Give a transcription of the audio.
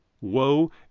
Woe